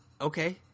Okay